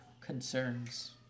concerns